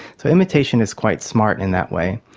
so imitation is quite smart in that way.